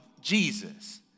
Jesus